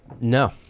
No